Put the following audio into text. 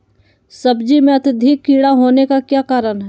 सब्जी में अत्यधिक कीड़ा होने का क्या कारण हैं?